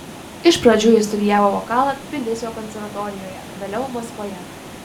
iš pradžių jis studijavo vokalą tbilisio konservatorijoje vėliau maskvoje